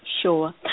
Sure